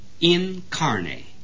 incarnate